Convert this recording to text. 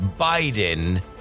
Biden